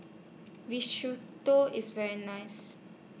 Risotto IS very nice